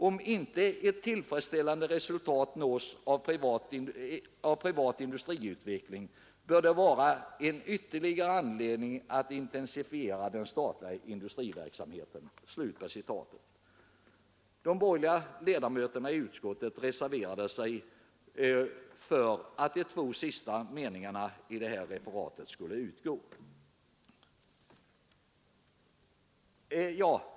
Om inte ett tillfredsställande resultat nås av privat industriutveckling bör detta vara en ytterligare anledning att intensifiera den statliga industriverksamheten.” De borgerliga ledamöterna i utskottet reserverade sig för att de två sista meningarna skulle utgå.